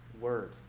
word